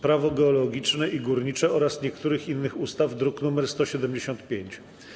Prawo geologiczne i górnicze oraz niektórych innych ustaw, druk nr 175.